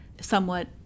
somewhat